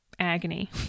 Agony